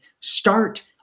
start